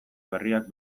berriak